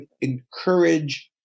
encourage